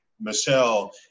michelle